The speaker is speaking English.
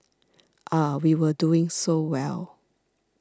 ah we were doing so well